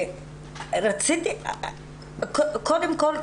קודם כל,